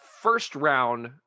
first-round